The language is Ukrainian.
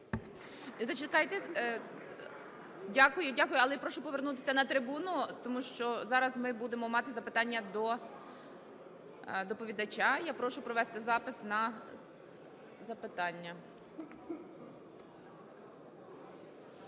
Дякую, дякую. Але прошу повернутися на трибуну. Тому що зараз ми будемо мати запитання до доповідача. Я прошу провести запис на запитання.